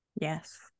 yes